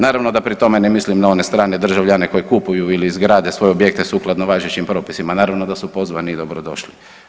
Naravno da pri tome ne mislim na one strane državljane koji kupuju ili izgrade svoje objekte sukladno važećim propisima, naravno da su pozvani i dobrodošli.